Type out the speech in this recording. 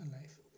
life